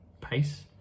pace